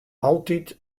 altyd